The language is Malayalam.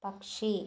പക്ഷി